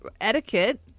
etiquette